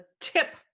tip